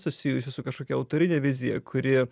susijusiu su kažkokia autorine vizija kuri